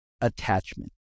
attachment